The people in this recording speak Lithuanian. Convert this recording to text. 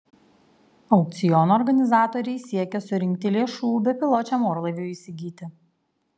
aukciono organizatoriai siekia surinkti lėšų bepiločiam orlaiviui įsigyti